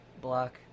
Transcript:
block